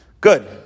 Good